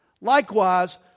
Likewise